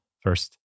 first